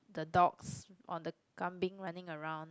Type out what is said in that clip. the dogs or the kambing running around